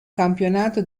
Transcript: campionato